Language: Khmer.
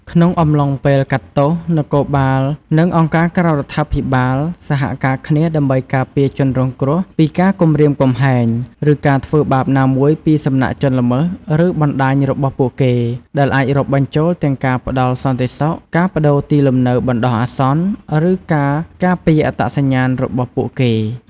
ក្នុងអំឡុងពេលកាត់ទោស នគរបាល និងអង្គការក្រៅរដ្ឋាភិបាលសហការគ្នាដើម្បីការពារជនរងគ្រោះពីការគំរាមកំហែង ឬការធ្វើបាបណាមួយពីសំណាក់ជនល្មើស ឬបណ្ដាញរបស់ពួកគេ ដែលអាចរាប់បញ្ចូលទាំងការផ្ដល់សន្តិសុខ ការប្ដូរទីលំនៅបណ្ដោះអាសន្ន ឬការការពារអត្តសញ្ញាណរបស់ពួកគេ។